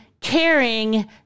caring